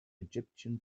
egyptian